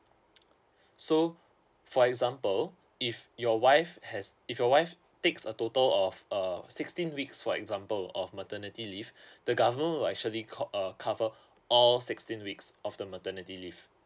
so for example if your wife has if your wife takes a total of uh sixteen weeks for example of maternity leave the government will actually called uh cover all sixteen weeks of the maternity leave